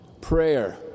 prayer